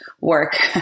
work